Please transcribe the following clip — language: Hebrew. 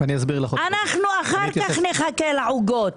אחר כך נחכה לעוגות.